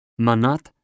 manat